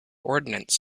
ordnance